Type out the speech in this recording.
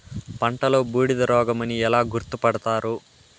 పంటలో బూడిద రోగమని ఎలా గుర్తుపడతారు?